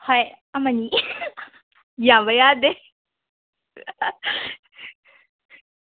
ꯍꯣꯏ ꯑꯃꯅꯤ ꯌꯥꯝꯕ ꯌꯥꯗꯦ